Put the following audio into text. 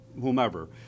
whomever